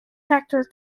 factor